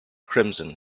crimson